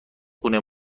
خونه